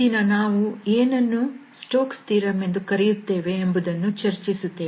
ಈ ದಿನ ನಾವು ಏನನ್ನು ಸ್ಟೋಕ್ಸ್ ಥಿಯರಂ Stoke's Theorem ಎಂದು ಕರೆಯುತ್ತೇವೆ ಎಂಬುದನ್ನು ಚರ್ಚಿಸುತ್ತೇವೆ